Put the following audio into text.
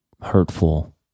hurtful